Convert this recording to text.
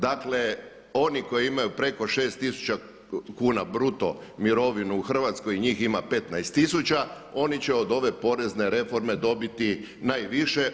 Dakle, oni koji imaju preko 6000 kuna bruto mirovinu u Hrvatskoj, njih ima 15000 oni će od ove porezne reforme dobiti najviše.